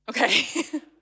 okay